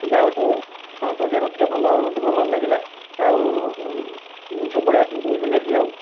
ଯା ହଉ ତମେ ହଁ ତମେ ଟିକିଏ ରଖିଲ ଭଲ ଭଲ ଲାଗିଲା ଆଉ ସବୁବେଳେ ଆସିକି ମୁଁ ଏଇଠୁ ନେବି ଆଉ